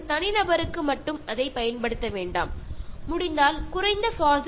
കഴിയുന്ന സമയങ്ങളിലൊക്കെ പൊതുഗതാഗത സംവിധാനങ്ങൾ ഉപയോഗിക്കുക